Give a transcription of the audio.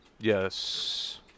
Yes